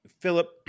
Philip